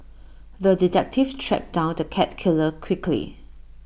the detective tracked down the cat killer quickly